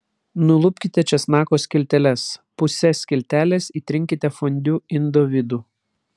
nulupkite česnako skilteles puse skiltelės įtrinkite fondiu indo vidų